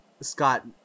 Scott